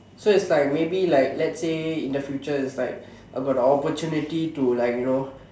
so it's like may be like let's say in the future is like about the opportunity to like you know